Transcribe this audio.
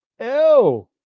Ew